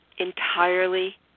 entirely